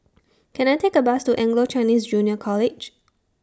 Can I Take A Bus to Anglo Chinese Junior College